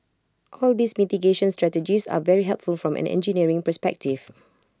all these mitigation strategies are very helpful from an engineering perspective